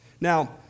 Now